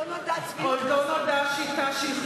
עוד לא נולדה שיטה, לא